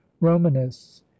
romanists